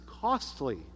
costly